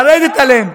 לרדת עליהם.